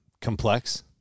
complex